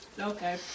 Okay